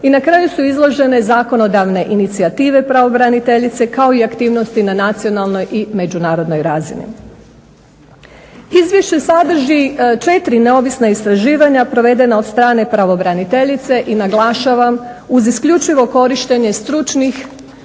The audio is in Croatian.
i na kraju se izložene zakonodavne inicijative pravobraniteljice kao i aktivnosti na nacionalnoj i međunarodnoj razini. Izvješće sadrži 4 neovisna istraživanja provedena od strane pravobraniteljice i naglašavam uz isključivo korištenje stručnih